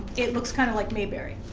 it looks kind of like mayberry.